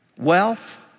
wealth